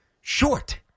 short